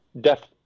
death